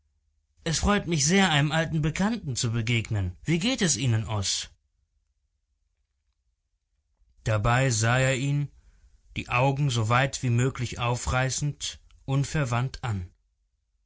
es freut mich sehr einem alten bekannten zu begegnen wie geht es ihnen oß dabei sah er ihn die augen soweit wie möglich aufreißend unverwandt an